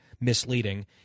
misleading